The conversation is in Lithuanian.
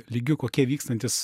lygiu kokie vykstantys